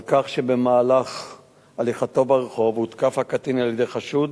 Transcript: על כך שבמהלך הליכתו ברחוב הותקף הקטין על-ידי חשוד